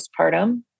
postpartum